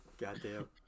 Goddamn